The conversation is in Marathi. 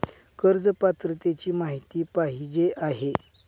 कर्ज पात्रतेची माहिती पाहिजे आहे?